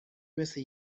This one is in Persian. مثه